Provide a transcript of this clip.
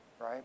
right